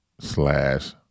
slash